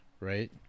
right